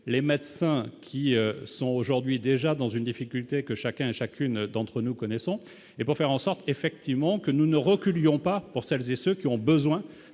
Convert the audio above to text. les médecins qui sont aujourd'hui déjà dans une difficulté que chacun, chacune d'entre nous connaissons et pour faire en sorte effectivement que nous ne reculerons pas pour celles et ceux qui ont besoin